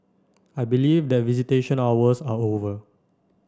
I believe that visitation hours are over